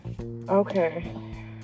Okay